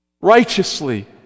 righteously